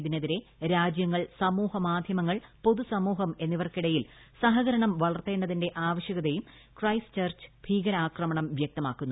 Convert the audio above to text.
ഇതിനെതിരെ രാജ്യങ്ങൾ സമൂഹമാധ്യമങ്ങൾ പൊതുസമൂഹം എന്നിവർക്കിടയിൽ സഹകരണം വളർത്തേണ്ടതിന്റെ ആവശ്യകതയും ക്രൈസ്റ്റ് ചർച്ച് ഭീകരാക്രമണം വ്യക്തമാക്കുന്നു